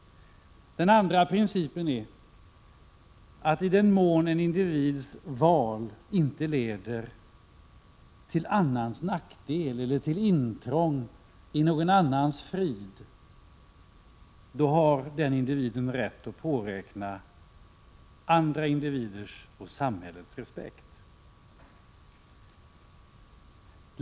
Den andra principen är att i den mån en individs val inte leder till annans nackdel eller till intrång i någon annans frid, har den individen rätt att påräkna andra individers och samhällets respekt.